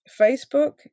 Facebook